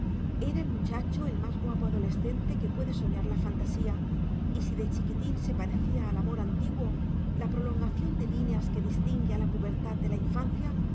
era el muchacho el más guapo adolescente que puede soñar la fantasía y si de chiquitín se parecía al amor antiguo la prolongación de líneas que distingue a la pubertad de la infancia